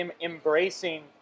embracing